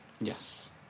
Yes